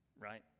right